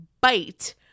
bite